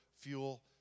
fuel